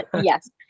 yes